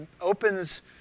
opens